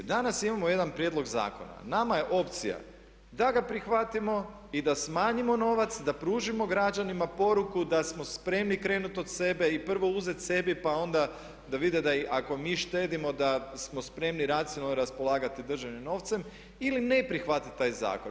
Danas imamo jedan prijedlog zakona, nama je opcija da ga prihvatimo i da smanjimo novac i da pružimo građanima poruku da smo spremni krenuti od sebe i prvo uzeti sebi pa onda da vide da i ako mi štedimo da smo spremni racionalno raspolagati državnim novcem ili ne prihvatiti taj zakon.